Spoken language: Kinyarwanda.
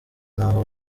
ntaho